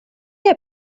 jij